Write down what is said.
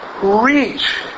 Reach